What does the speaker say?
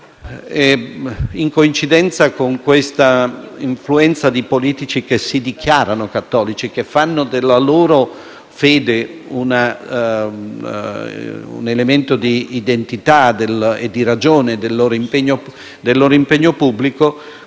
In coincidenza con tale influenza di politici che si dichiarano cattolici e che fanno della propria fede un elemento di identità e una ragione del proprio impegno pubblico,